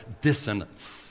dissonance